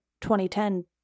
2010